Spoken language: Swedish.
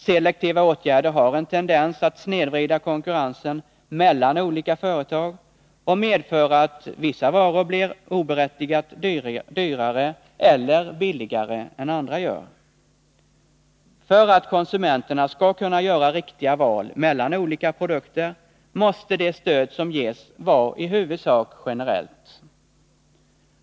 Selektiva åtgärder har en tendens att snedvrida konkurrensen mellan olika företag och medföra att vissa varor blir oberättigat dyrare eller billigare än andra. För att konsumenterna skall kunna göra riktiga val mellan olika produkter måste det stöd som ges vara i huvudsak generellt.